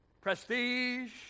prestige